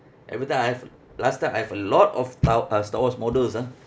everytime I have last time I've a lot of tile uh star wars models ah